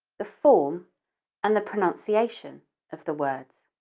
the form and the pronunciation of the words.